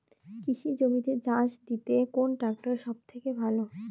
কৃষি জমিতে চাষ দিতে কোন ট্রাক্টর সবথেকে ভালো?